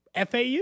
FAU